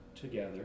together